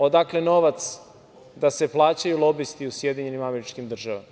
Odakle novac da se plaćaju lobisti u SAD?